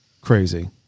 crazy